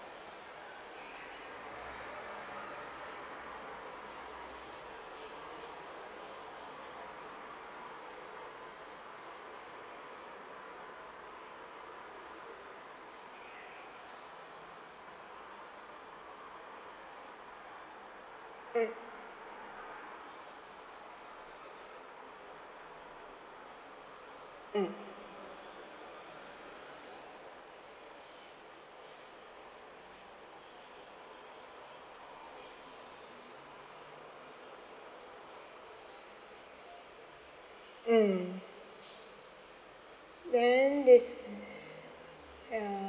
mm mm mm then this uh